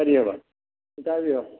ꯀꯔꯤ ꯍꯥꯏꯕ ꯑꯃꯨꯛꯇ ꯍꯥꯏꯕꯤꯌꯣ